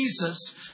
Jesus